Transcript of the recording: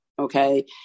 Okay